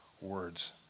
words